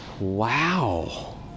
wow